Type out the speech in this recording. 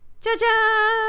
Cha-cha